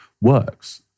works